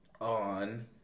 on